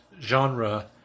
Genre